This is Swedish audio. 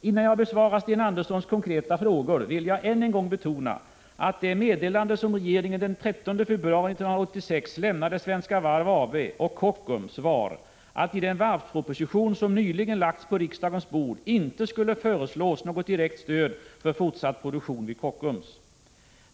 Innan jag besvarar Sten Anderssons konkreta frågor vill jag än en gång betona att det meddelande som regeringen den 13 februari 1986 lämnade Svenska Varv AB och Kockums var att det i den varvsproposition som nyligen lagts på riksdagens bord inte skulle föreslås något direkt stöd för fortsatt produktion vid Kockums.